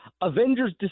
Avengers